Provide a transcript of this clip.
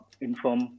inform